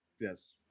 Yes